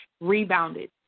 rebounded